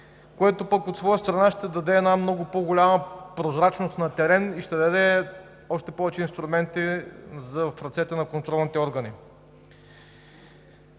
което пък от своя страна ще даде една много по-голяма прозрачност на терен и ще даде още повече инструменти в ръцете на контролните органи.